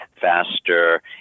faster